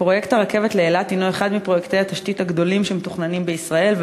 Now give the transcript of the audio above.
פרויקט הרכבת לאילת הוא אחד מפרויקטי התשתית הגדולים שמתוכננים בישראל,